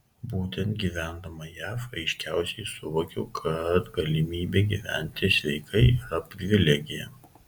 būtent gyvendama jav aiškiausiai suvokiau kad galimybė gyventi sveikai yra privilegija